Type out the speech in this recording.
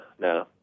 no